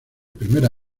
primera